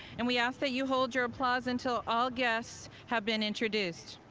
and we ask that you hold your applause until all guests have been introduced.